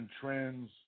trends